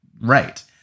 right